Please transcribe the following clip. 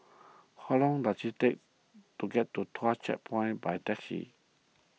how long does it take to get to Tuas Checkpoint by taxi